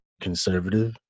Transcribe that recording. conservative